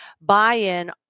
buy-in